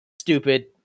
stupid